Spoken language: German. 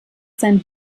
sein